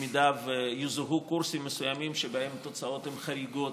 במידה ויזוהו קורסים מסוימים שבהם התוצאות הן חריגות